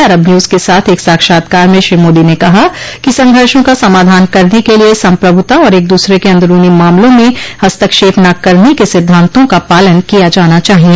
अरब News के साथ एक साक्षात्कार में श्री मोदी ने कहा कि संघर्षों का समाधान करने के लिए सम्प्रभुता और एक दूसरे के अन्दरूनी मामलों में हस्तक्षेप न करने के सिद्धांतों का पालन किया जाना चाहिए